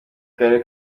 karere